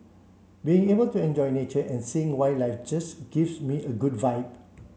being able to enjoy nature and seeing wildlife just gives me a good vibe